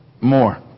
More